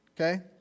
Okay